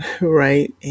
right